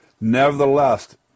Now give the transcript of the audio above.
Nevertheless